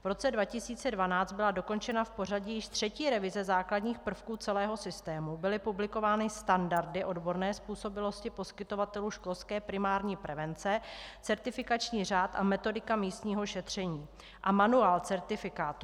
V roce 2012 byla dokončena v pořadí již třetí revize základních prvků celého systému, byly publikovány standardy odborné způsobilosti poskytovatelů školské primární prevence, certifikační řád a metodika místního šetření a manuál certifikátora.